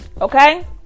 Okay